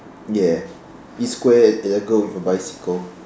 yes it's square and a girl with a bicycle